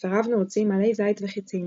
בטפריו נעוצים עלי זית וחצים,